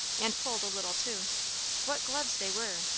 and pulled a little too what gloves they were,